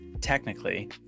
technically